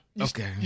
Okay